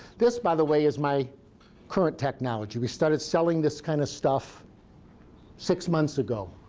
this, by the way, is my current technology. we started selling this kind of stuff six months ago.